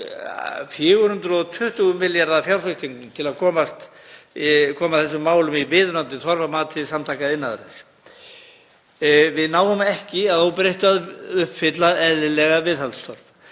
420 milljarða fjárfestingum til að koma þessum málum í viðunandi horf að mati Samtaka iðnaðarins. Við náum ekki að óbreyttu að uppfylla eðlilega viðhaldsþörf.